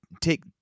take